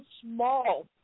small